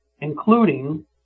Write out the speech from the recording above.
including